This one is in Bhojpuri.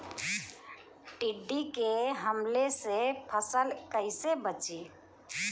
टिड्डी के हमले से फसल कइसे बची?